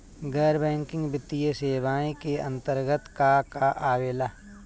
गैर बैंकिंग वित्तीय सेवाए के अन्तरगत का का आवेला?